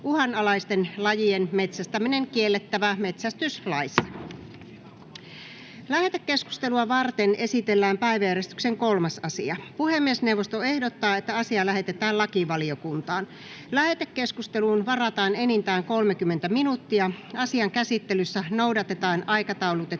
=== RAW CONTENT === Lähetekeskustelua varten esitellään päiväjärjestyksen 3. asia. Puhemiesneuvosto ehdottaa, että asia lähetetään lakivaliokuntaan. Lähetekeskusteluun varataan enintään 30 minuuttia. Asian käsittelyssä noudatetaan aikataulutettujen